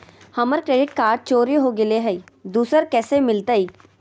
हमर credit card चोरी हो गेलय हई, दुसर कैसे मिलतई?